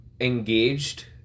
engaged